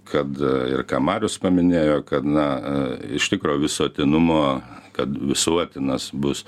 kad ir ką marius paminėjo kad na iš tikro visuotinumo kad visuotinas bus